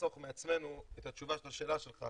נחסוך מעצמנו את התשובה לשאלה שלך,